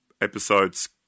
episodes